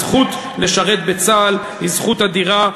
הזכות לשרת בצה"ל היא זכות אדירה.